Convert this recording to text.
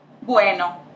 Bueno